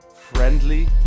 friendly